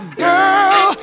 girl